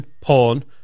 Porn